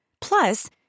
Plus